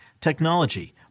technology